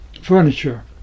Furniture